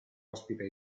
ospita